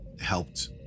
helped